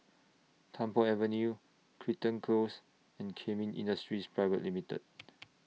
Tung Po Avenue Crichton Close and Kemin Industries Private Limited